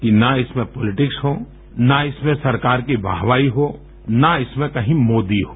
कि न इसमें पोलिटिक्स हो न इसमें सरकार की वाहवाही हो न इसमें कहीं मोदी हो